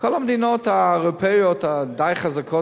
כל המדינות האירופיות הדי-חזקות,